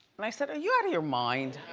and i said, are you outta your mind?